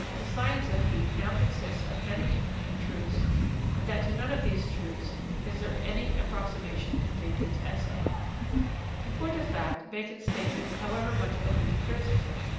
the science of heat now consists of many important truths and that to none of these truths is there any approximation in bacon's essay in point of fact, bacon's statement, however much open to criticism,